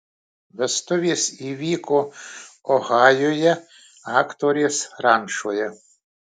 vestuvės įvyko ohajuje aktorės rančoje